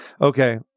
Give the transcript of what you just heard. okay